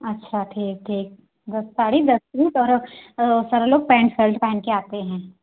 अच्छा ठीक ठीक साड़ी दस सूट और सर लोग पैंट सर्ट पैन के आते हैं